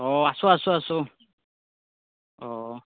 অ আছোঁ আছোঁ আছোঁ অ